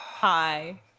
Hi